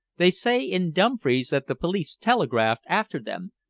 they say in dumfries that the police telegraphed after them,